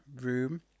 room